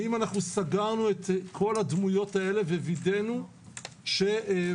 האם סגרנו את כל הדמויות האלה ו-ווידאנו שבכל